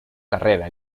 carrera